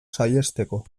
saihesteko